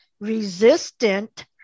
resistant